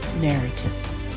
narrative